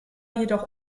jedoch